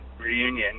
reunion